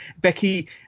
Becky